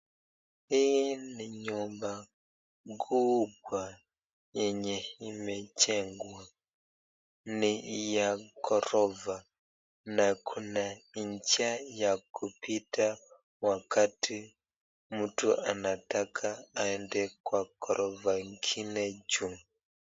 Hii ni nyumba kubwa yenye imejengwa, ni ya ghorofa na kuna njia ya kupita wakati mtu anataka aende kwa ghorofa nyengine, juu.